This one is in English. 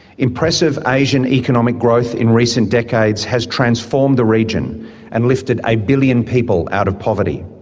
impressive asian economic growth in recent decades has transformed the region and lifted a billion people out of poverty.